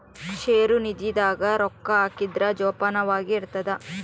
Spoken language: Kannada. ಷೇರು ನಿಧಿ ದಾಗ ರೊಕ್ಕ ಹಾಕಿದ್ರ ಜೋಪಾನವಾಗಿ ಇರ್ತದ